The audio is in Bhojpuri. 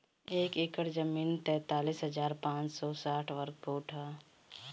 एक एकड़ जमीन तैंतालीस हजार पांच सौ साठ वर्ग फुट ह